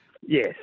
Yes